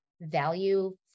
value